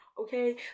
okay